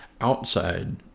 outside